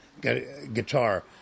guitar